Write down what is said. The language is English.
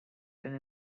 been